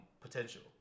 potential